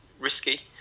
risky